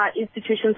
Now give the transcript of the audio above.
institutions